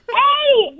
hey